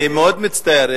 אני מאוד מצטער,